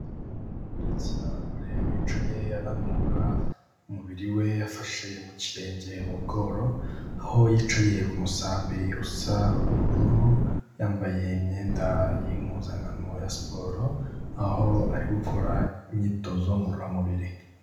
Umuntu w'igitsina gore wicaye ananura umubiri we yafashe mu kirenge mu bworo, aho yicaye ku musambi usa ubururu, yambaye imyenda y'impuzankano ya siporo aho ari gukora imyitozo ngororamubiri.